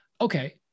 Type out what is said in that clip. Okay